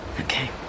Okay